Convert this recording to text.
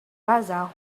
plaza